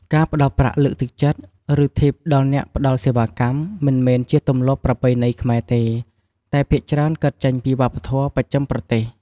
ការផ្ដល់ប្រាក់លើកទឹកចិត្ត ឬធីបដល់អ្នកផ្ដល់សេវាកម្ម មិនមែនជាទម្លាប់ប្រពៃណីខ្មែរទេ តែភាគច្រើនកើតចេញពីវប្បធម៌បស្ចឹមប្រទេស។